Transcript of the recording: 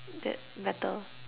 that matter